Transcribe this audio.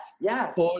Yes